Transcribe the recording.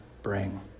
bring